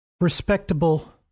respectable